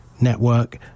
Network